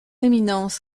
éminence